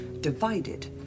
divided